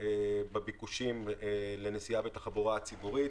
בביקושים לנסיעה בתחבורה הציבורית.